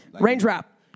Raindrop